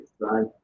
right